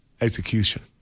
execution